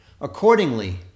Accordingly